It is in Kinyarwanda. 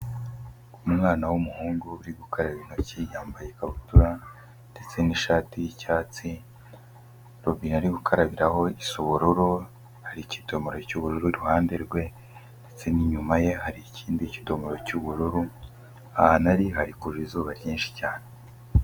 Umwana w'umuhungu uri gukaraba intoki yambaye ikabutura ndetse n'ishati y'icyatsi, robine ari gukarabiraho isa ubururu, hari ikidomoro cy'ubururu, iruhande rwe ndetse n'inyuma ye hari ikindi kidomoro cy'ubururu, ahantu ari hari kuva izuba ryinshi cyane.